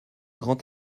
grand